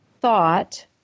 thought